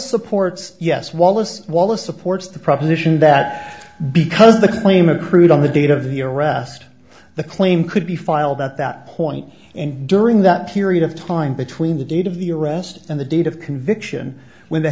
supports yes wallace wallace supports the proposition that because of the claim of crude on the date of the arrest the claim could be filed at that point and during that period of time between the date of the arrest and the date of conviction when the